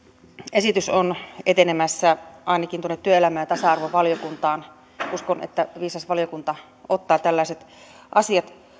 esitys on etenemässä ainakin tuonne työelämä ja tasa arvovaliokuntaan uskon että viisas valiokunta ottaa tällaiset asiat